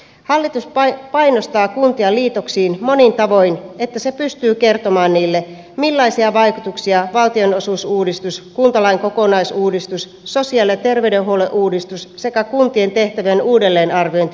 hallitus painostaa kuntia liitoksiin monin tavoin ilman että se pystyy kertomaan niille millaisia vaikutuksia valtionosuusuudistus kuntalain kokonaisuudistus sosiaali ja terveydenhuollon uudistus sekä kuntien tehtävien uudelleenarviointi tuovat mukanaan